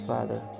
Father